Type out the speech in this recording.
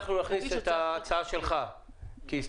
אנחנו נכניס את ההצעה שלך כהסתייגות.